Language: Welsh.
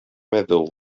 meddwl